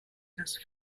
das